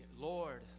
Lord